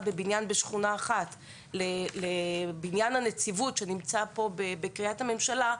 בבניין בשכונה אחת לבניין הנציבות שנמצא פה בקרית הממשלה,